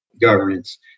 governance